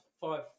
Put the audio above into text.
five